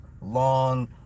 long